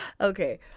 Okay